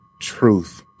truth